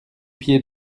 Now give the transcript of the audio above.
pied